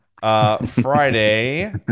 Friday